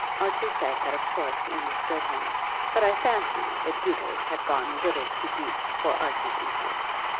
archie said that of course he understood him but i fancy that doodles had gone a little too deep for archie's intellect.